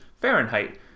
Fahrenheit